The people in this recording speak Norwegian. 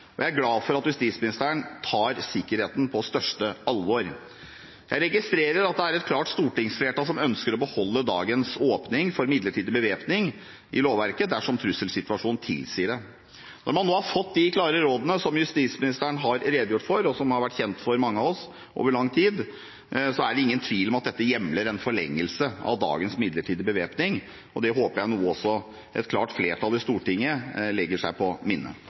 og jeg er glad for at justisministeren tar sikkerheten på største alvor. Jeg registrerer at det er et klart stortingsflertall som ønsker å beholde dagens åpning i lovverket for midlertidig bevæpning dersom trusselsituasjonen tilsier det. Når man nå har fått de klare rådene som justisministeren har redegjort for, og som har vært kjent for mange av oss over lang tid, er det ingen tvil om at dette hjemler en forlengelse av dagens midlertidige bevæpning. Det håper jeg et klart flertall i Stortinget legger seg på minne.